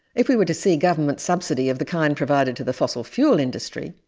if we were to see government subsidy of the kind provided to the fossil fuel industry,